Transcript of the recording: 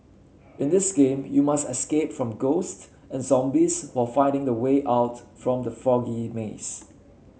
in this game you must escape from ghost and zombies while finding the way out from the foggy maze